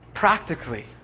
practically